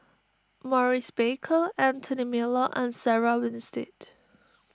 Maurice Baker Anthony Miller and Sarah Winstedt